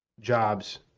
jobs